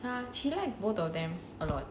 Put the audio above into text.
ah she like both of them a lot